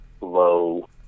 low